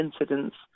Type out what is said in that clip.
incidents